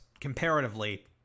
comparatively